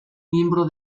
miembro